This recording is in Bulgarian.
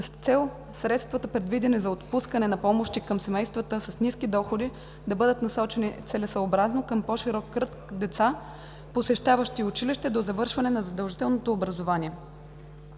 с цел средствата предвидени за отпускане на помощи към семействата с ниски доходи да бъдат насочени целесъобразно към по-широк кръг деца, посещаващи училище до завършване на задължителното образование.